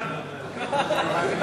סעיפים 1 12 נתקבלו.